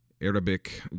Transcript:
Arabic